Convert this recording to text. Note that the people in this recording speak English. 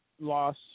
loss